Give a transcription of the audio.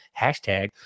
hashtag